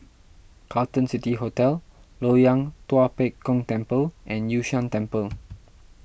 Carlton City Hotel Loyang Tua Pek Kong Temple and Yun Shan Temple